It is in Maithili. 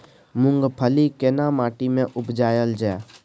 मूंगफली केना माटी में उपजायल जाय?